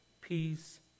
peace